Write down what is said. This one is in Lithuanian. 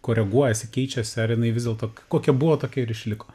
koreguojasi keičiasi ar jinai vis dėlto k kokia buvo tokia ir išliko